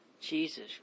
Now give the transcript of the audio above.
Jesus